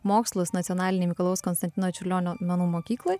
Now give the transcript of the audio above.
mokslus nacionalinėj mikalojaus konstantino čiurlionio menų mokykloj